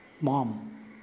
mom